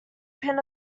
pint